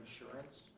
insurance